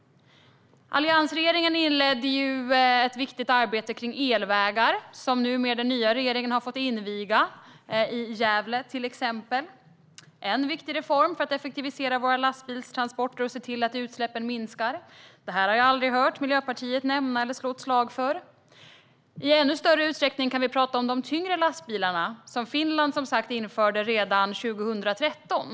Alliansregeringen inledde ett viktigt arbete med elvägar, som den nya regeringen nu har fått inviga, till exempel i Gävle - en viktig reform för att effektivisera våra lastbilstransporter och se till att utsläppen minskar. Detta har jag aldrig hört Miljöpartiet nämna eller slå ett slag för. I ännu större utsträckning kan vi tala om de tyngre lastbilarna, som Finland införde redan 2013.